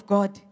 God